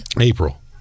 April